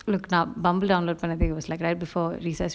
look நா:na bumble download பண்ணதுக்கு:pannathukku it was like before besides